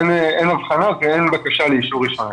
אין אבחנות ואין בקשה לאישור ראשוני.